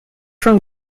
from